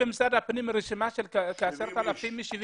במשרד הפנים יש רשימה של כ-10,00 אנשים,